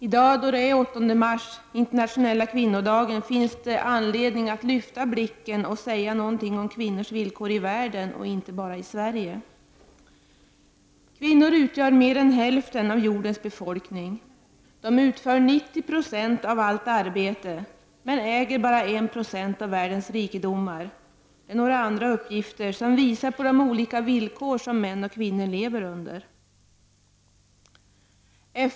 I dag, då det är den 8 mars — den internationella kvinnodagen — finns det anledning att lyfta blicken och säga något om kvinnors villkor i världen och inte bara i Sverige. Kvinnor utgör mer än hälften av jordens befolkning, utför 90 90 av allt arbete men äger bara 1 96 av världens rikedomar — det är några andra uppgifter som visar på de olika villkor som män och kvinnor lever under.